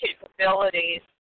capabilities